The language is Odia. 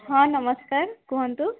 ହଁ ନମସ୍କାର କୁହନ୍ତୁ